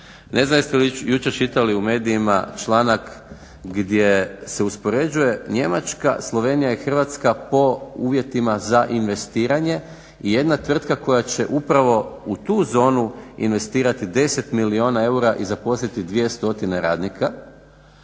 Ne znam jeste li jučer čitali u medijima članak gdje se uspoređuje Njemačka, Slovenija i Hrvatska po uvjetima za investiranje i jedna tvrtka koja će upravo u tu zonu investirati 10 milijuna eura i zaposliti 2 stotine